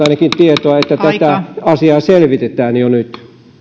ainakin tietoa että tätä asiaa selvitetään jo nyt